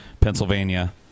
Pennsylvania